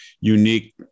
unique